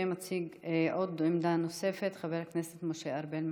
מציג עוד עמדה נוספת, חבר הכנסת משה ארבל.